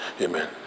Amen